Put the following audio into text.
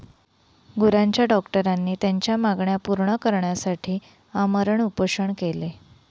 गुरांच्या डॉक्टरांनी त्यांच्या मागण्या पूर्ण करण्यासाठी आमरण उपोषण केले